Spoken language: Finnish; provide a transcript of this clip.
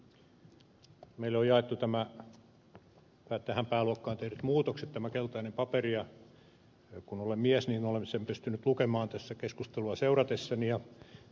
meille on jaettu tähän pääluokkaan tehdyt muutokset tämä keltainen paperi ja kun olen mies olen sen pystynyt lukemaan tässä keskustelua seuratessani